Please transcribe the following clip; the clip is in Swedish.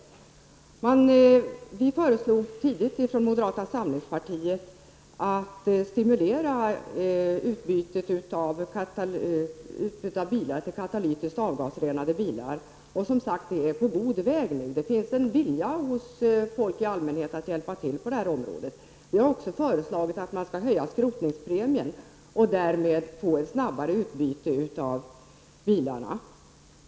Från moderata samlingspartiet föreslog vi tidigt att man skulle stimulera ett utbyte till bilar med katalytisk avgasrening. Det är, som sagt, på god väg. Hos folk i allmänhet finns det en vilja att hjälpa till på det här området. Vi har också föreslagit att man skall höja skrotningspremien och därmed få ett snabbare utbyte av bilarna.